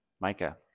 Micah